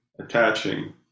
attaching